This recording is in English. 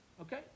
Okay